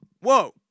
whoa